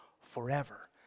forever